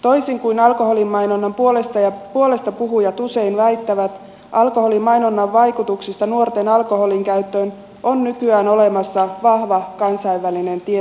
toisin kuin alkoholimainonnan puolestapuhujat usein väittävät alkoholimainonnan vaikutuksista nuorten alkoholinkäyttöön on nykyään olemassa vahva kansainvälinen tietopohja